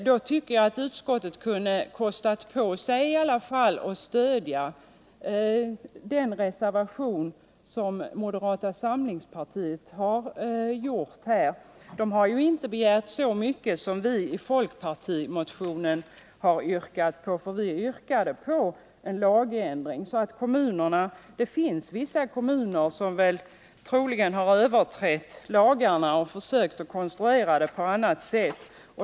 Jag tycker att utskottet kunde ha kostat på sig att i alla fall stödja moderaternas förslag här. De har inte begärt så mycket som vi yrkar på i folkpartimotionen, nämligen en lagändring. Det finns vissa kommuner som troligen har överträtt lagarna och försökt konstruera stödet på annat sätt.